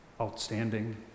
outstanding